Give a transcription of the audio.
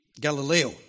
Galileo